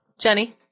Jenny